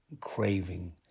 craving